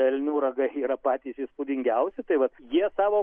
elnių ragai yra patys įspūdingiausi tai vat jie savo